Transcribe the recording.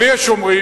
אבל יש אומרים,